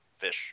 fish